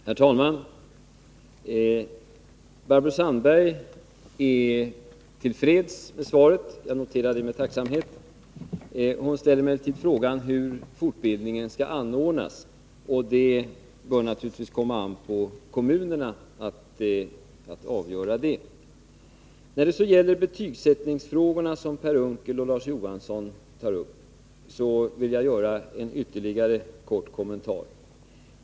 Herr talman! Barbro Sandberg är till freds med svaret, och jag noterar det med tacksamhet. Hon ställer emellertid frågan hur fortbildningen skall anordnas. Det bör naturligtvis komma an på kommunerna att avgöra det. När det gäller betygsättningsfrågorna, som Per Unckel och Larz Johansson tar upp, vill jag göra en ytterligare kort kommentar.